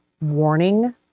warning